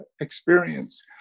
experience